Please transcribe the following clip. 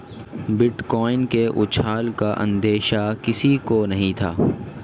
bitcoin के उछाल का अंदेशा किसी को नही था